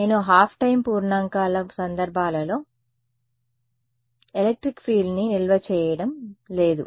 నేను half time పూర్ణాంకాల సందర్భాలలో ఎలక్ట్రిక్ ఫీల్డ్ని నిల్వ చేయడం లేదు